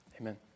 amen